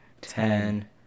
ten